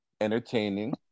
entertaining